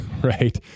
right